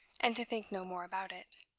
and to think no more about it.